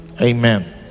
amen